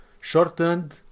shortened